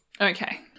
Okay